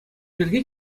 пирки